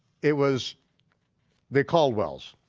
it was the caldwells.